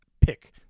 pick